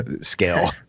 scale